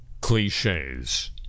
cliches